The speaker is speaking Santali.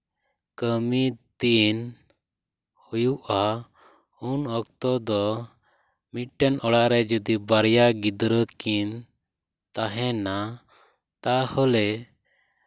ᱠᱟᱹᱢᱤ ᱫᱤᱱ ᱦᱩᱭᱩᱜᱼᱟ ᱩᱱ ᱚᱠᱛᱚ ᱫᱚ ᱢᱤᱫᱴᱮᱱ ᱚᱲᱟᱜ ᱨᱮ ᱡᱩᱫᱤ ᱵᱟᱨᱭᱟ ᱜᱤᱫᱽᱨᱟᱹ ᱠᱤᱱ ᱛᱟᱦᱮᱱᱟ ᱛᱟᱦᱚᱞᱮ